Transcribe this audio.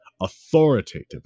authoritative